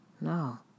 No